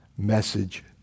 message